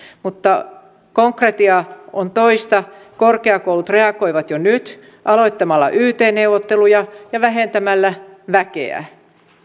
mutta konkretia on toista korkeakoulut reagoivat jo nyt aloittamalla yt neuvotteluja ja vähentämällä väkeä